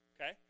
Okay